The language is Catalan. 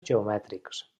geomètrics